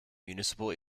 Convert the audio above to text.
municipal